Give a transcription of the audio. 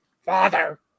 Father